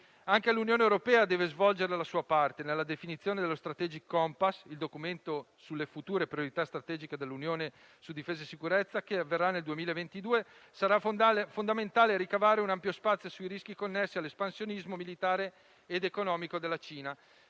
Anche l'Unione europea deve svolgere la sua parte e nella definizione delle Strategic compass, il documento sulle future priorità strategiche dell'Unione su difesa e sicurezza, che avverrà nel 2022, sarà fondamentale ricavare un ampio spazio sui rischi connessi all'espansionismo militare ed economico della Cina.